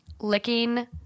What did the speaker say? licking